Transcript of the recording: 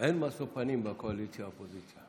אין משוא פנים בקואליציה אופוזיציה.